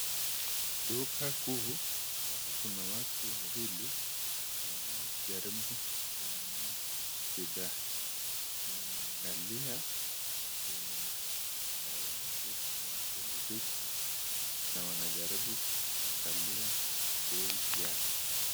Duka kuu ambao kuna watu wawili wanajaribu kununua bidhaa, wameangalia kwenye dawati la hili duka na wanajaribu kuangalia bei yao.